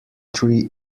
tree